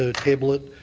ah table it.